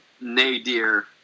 nadir